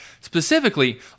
Specifically